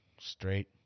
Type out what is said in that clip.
straight